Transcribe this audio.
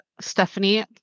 Stephanie